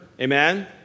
Amen